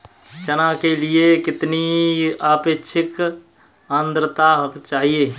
चना के लिए कितनी आपेक्षिक आद्रता चाहिए?